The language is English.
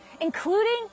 including